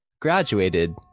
graduated